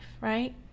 right